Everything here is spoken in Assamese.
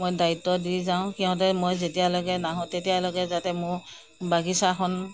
দায়িত্ব দি যাওঁ সিহঁতে মই যেতিয়ালৈকে নাহোঁ তেতিয়ালৈকে যাতে মোৰ বাগিচাখন